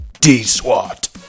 D-SWAT